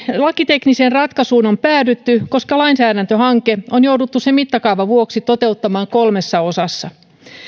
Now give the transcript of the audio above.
lakitekniseen ratkaisuun on päädytty koska lainsäädäntöhanke on jouduttu sen mittakaavan vuoksi toteuttamaan kolmessa osassa